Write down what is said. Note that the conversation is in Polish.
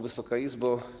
Wysoka Izbo!